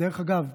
דרך אגב,